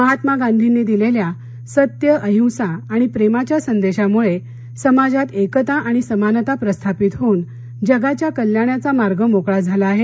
महात्मा गांधींनी दिलेल्या सत्य अहिंसा आणि प्रेमाच्या संदेशामुळे समाजात एकता आणि समानता प्रस्थापित होऊन जगाच्या कल्याणाच्या मार्ग मोकळा झाला आहे